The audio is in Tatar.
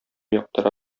яктыра